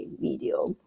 video